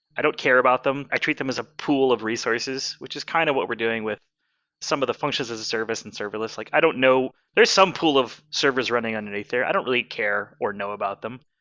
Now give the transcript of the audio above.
i don't care about them. i treat them as a pool of resources, which is kind of what we're doing with some of the functions as a service and serverless. like i don't know there's some pool of servers running underneath there. i don't really care or know about them.